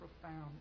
profound